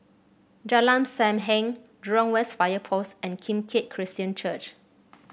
Jalan Sam Heng Jurong West Fire Post and Kim Keat Christian Church